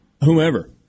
Whomever